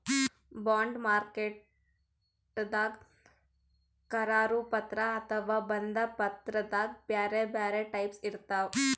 bond ಮಾರ್ಕೆಟ್ದಾಗ್ ಕರಾರು ಪತ್ರ ಅಥವಾ ಬಂಧ ಪತ್ರದಾಗ್ ಬ್ಯಾರೆ ಬ್ಯಾರೆ ಟೈಪ್ಸ್ ಇರ್ತವ್